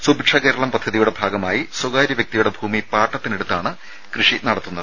സുഭിക്ഷ കേരളം പദ്ധതിയുടെ ഭാഗമായി സ്വകാര്യ വ്യക്തിയുടെ ഭൂമി പാട്ടത്തിനെടുത്താണ് കൃഷി നടത്തുന്നത്